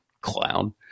clown